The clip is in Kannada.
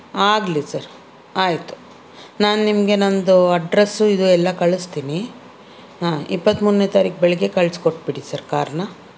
ಆಗಲಿ ಸರ್ ಆಯಿತು ನಾನು ನಿಮಗೆ ನನದು ಅಡ್ರೆಸ್ಸು ಇದು ಎಲ್ಲ ಕಳಿಸ್ತೀನಿ ಹಾಂ ಇಪ್ಪತ್ತ್ಮೂರನೇ ತಾರೀಕು ಬೆಳಿಗ್ಗೆ ಕಳ್ಸ್ಕೊಟ್ಬಿಡಿ ಸರ್ ಕಾರನ್ನ